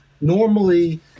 Normally